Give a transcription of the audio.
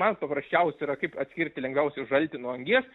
man paprasčiausiai yra kaip atskirti lengviausiai žaltį nuo angies